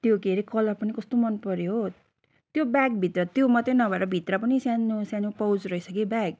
त्यो के रे कलर पनि कस्तो मनपऱ्यो हो त्यो ब्यागभित्र त्यो मात्रै नभएर भित्र पनि सानो सानो पाउच रहेछ कि ब्याग